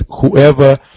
whoever